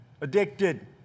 addicted